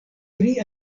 pri